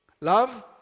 Love